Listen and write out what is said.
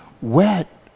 wet